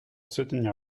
soutenir